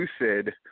lucid